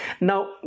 Now